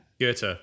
Goethe